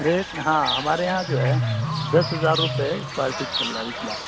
rate نا ہاں ہمارے یہاں جو ہے دس ہزار روپئے اسکوائر فٹ چل رہا ہے ابھی فی الحال